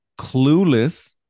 Clueless